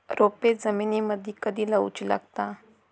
रोपे जमिनीमदि कधी लाऊची लागता?